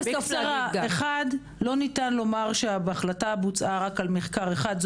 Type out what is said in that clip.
לא ניתן לומר שההחלטה בוצעה על בסיס מחקר אחד.